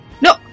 No